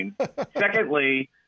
Secondly